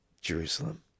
Jerusalem